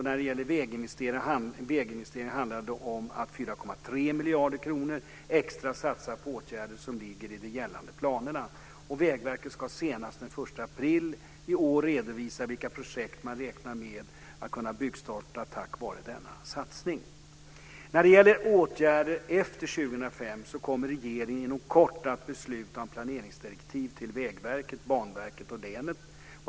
När det gäller väginvesteringar handlar det om att satsa 4,3 miljarder kronor extra på åtgärder som ligger i de gällande planerna. Vägverket ska senast den 1 april i år redovisa vilka byggprojekt man räknar med att starta tack vare denna satsning. När det gäller åtgärder efter 2005 kommer regeringen inom kort att besluta om planeringsdirektiv till Vägverket, Banverket och länet.